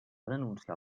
denunciar